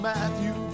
Matthew